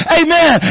amen